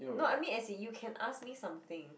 no I mean as in you can ask me something